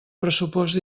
pressupost